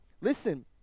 Listen